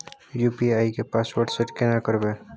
UPI के password set केना करबे?